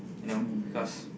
you know because